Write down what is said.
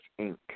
Inc